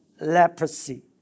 leprosy